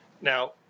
Now